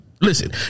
listen